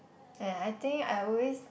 and I think I always